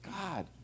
God